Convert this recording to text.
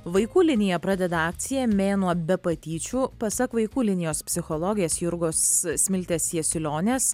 vaikų linija pradeda akciją mėnuo be patyčių pasak vaikų linijos psichologės jurgos smiltės jasiulionės